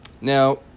now